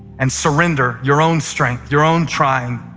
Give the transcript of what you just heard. and surrender your own strength, your own trying,